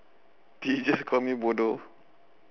did you just call me bodoh